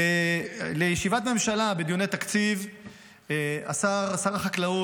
בישיבת הממשלה לענייני תקציב שר החקלאות